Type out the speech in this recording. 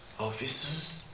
officers?